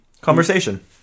Conversation